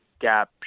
gap